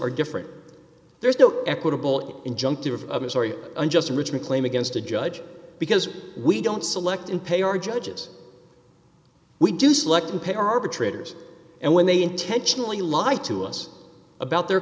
are different there's no equitable injunctive of unjust enrichment claim against a judge because we don't select and pay our judges we do select and pay arbitrators and when they intentionally lied to us about their